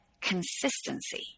consistency